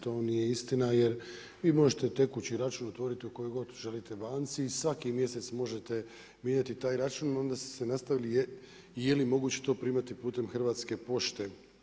To nije istina jer vi možete tekući račun otvoriti u kojoj god želite banci i svaki mjesec možete mijenjati taj račun, onda ste se nastavili je li moguće to primati putem Hrvatske pošte.